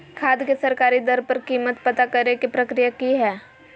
खाद के सरकारी दर पर कीमत पता करे के प्रक्रिया की हय?